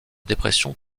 dépression